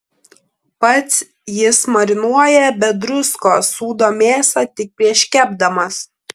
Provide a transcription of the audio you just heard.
pats jis marinuoja be druskos sūdo mėsą tik prieš kepdamas